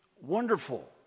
Wonderful